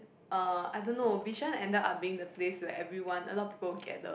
uh I don't know Bishan ended up being the place where everyone a lot of people will gather